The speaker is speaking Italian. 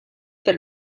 per